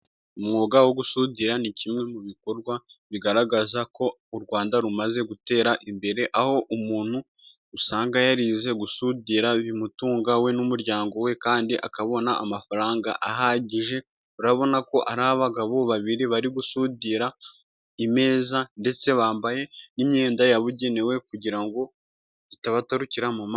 Umwuga wo gusudira ni kimwe mu bikorwa, bigaragaza ko u Rwanda rumaze gutera imbere, aho umuntu usanga yarize gusudira, bimutunga we n'umuryango we kandi akabona amafaranga, ahagije urabona ko ari abagabo babiri, bari gusudira ameza ndetse bambaye, n'imyenda yabugenewe, kugira ngo itabatarukira mu ma.